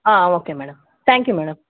okay madam thank you madam